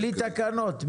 בלי תקנות.